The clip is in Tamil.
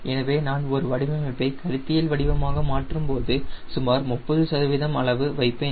எனவே நான் ஒரு வடிவமைப்பை கருத்தியல் வடிவமாக மாற்றும்போது சுமார் 30 சதவீதம் அளவு வைப்பேன்